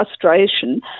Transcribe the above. frustration